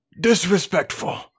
Disrespectful